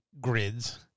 grids